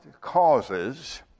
causes